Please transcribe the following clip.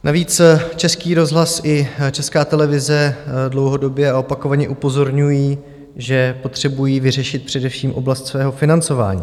Navíc Český rozhlas i Česká televize dlouhodobě a opakovaně upozorňují, že potřebují vyřešit především oblast svého financování.